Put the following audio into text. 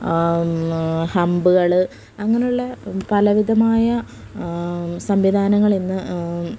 ഹമ്പുകൾ അങ്ങനെയുള്ള പലവിധമായ സംവിധാനങ്ങളിൽ നിന്ന്